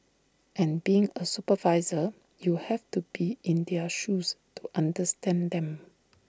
and being A supervisor you have to be in their shoes to understand them